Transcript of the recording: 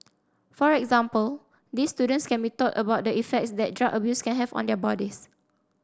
for example these students can be taught about the effects that drug abuse can have on their bodies